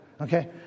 Okay